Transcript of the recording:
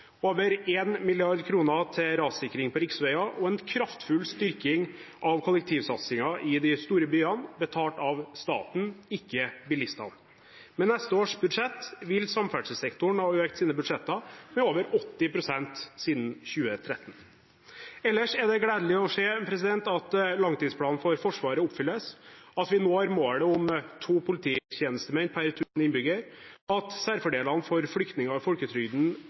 over 1 mrd. kr til rassikring på riksveier, og en kraftfull styrking av kollektivsatsingen i de store byene – betalt av staten, ikke bilistene. Med neste års budsjett vil samferdselssektoren ha økt sine budsjetter med over 80 pst. siden 2013. Ellers er det gledelig å se at langtidsplanen for Forsvaret oppfylles, at vi når målet om to polititjenestemenn per tusen innbyggere, at særfordelene for flyktninger i folketrygden